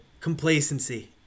Complacency